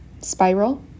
spiral